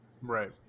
right